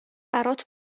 برات